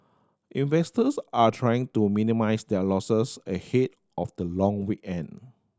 investors are trying to minimise their losses ahead of the long weekend